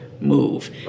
move